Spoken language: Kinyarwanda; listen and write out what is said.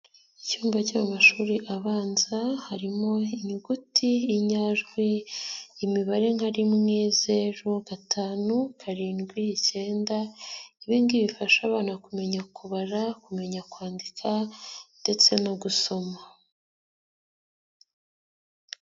Icyumba cy'amashuri abanza, harimo inyuguti, inyajwi, imibare nka rimwe, zeru, gatanu, karindwi, icyenda, ibingibi bifasha abana kumenya kubara, kumenya kwandika ndetse no gusoma.